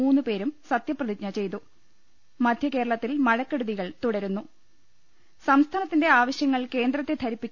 മൂന്ന്പേരും സത്യപ്രതിജ്ഞ ചെയ്തു മധ്യകേരളത്തിൽ മഴക്കെടുതികൾ തുടരുന്നു സംസ്ഥാനത്തിന്റെ ആവശ്യങ്ങൾ കേന്ദ്രത്തെ ധരിപ്പി